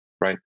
right